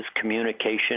communication